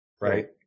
Right